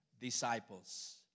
disciples